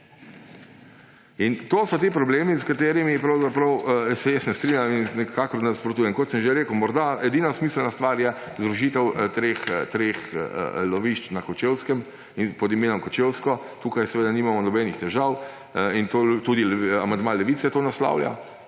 To so ti problemi, s katerimi pravzaprav se jaz ne strinjam in jim nasprotujem. Kot sem že rekel, morda edina smiselna stvar je združitev trehlovišč nad Kočevskem pod imenom Kočevsko. Tukaj seveda nimamo nobenih težav in tudi amandma Levice to naslavlja.